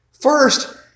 First